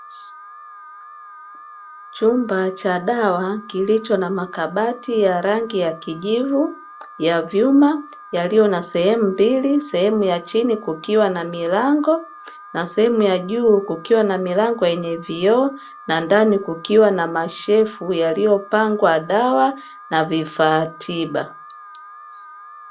Chumba cha dawa kilicho na makabati ya rangi ya kijivu ya vyuma yaliyo na sehemu mbili sehemu ya chini kukiwa na milango na sehemu ya juu kukiwa na milango yenye vioo na ndani kukiwa na mashefu yaliyopangwa dawa na vifaa tiba.